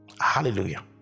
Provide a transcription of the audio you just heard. hallelujah